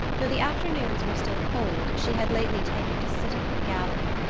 though the afternoons were still cold she had lately taken to sitting in the gallery.